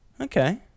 Okay